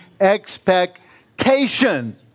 expectation